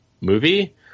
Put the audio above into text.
movie